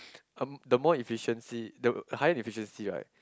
erm the more efficiency the higher the efficiency right